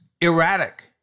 erratic